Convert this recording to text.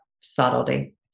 subtlety